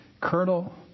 Colonel